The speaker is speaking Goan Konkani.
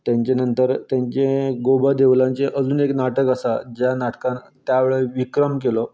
तेंचे नंतर तेंचें गो ब देवूलांचें अजून एक नाटक आसा ज्या नाटकान त्या वेळी विक्रम केलो